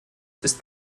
ist